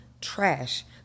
trash